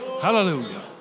Hallelujah